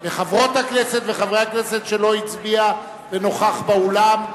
או מחברות הכנסת שלא הצביע ונוכח באולם?